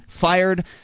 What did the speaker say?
fired